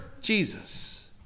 Jesus